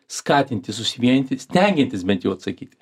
skatinti susivienyti stengiantis bent jau atsakyt